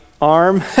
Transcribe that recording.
arm